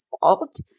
fault